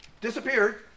disappeared